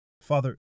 Father